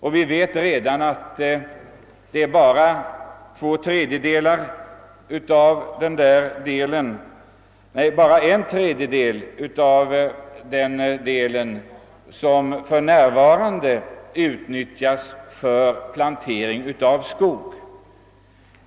Och vi vet att endast en tredjedel av den arealen för närvarande utnyttjas för plantering av skog.